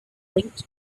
linked